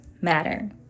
matter